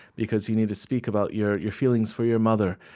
because you need to speak about your your feelings for your mother,